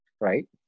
right